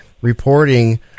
reporting